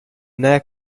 nag